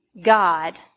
God